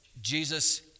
Jesus